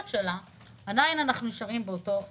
שלה עדיין אנחנו נשארים באותו הדבר.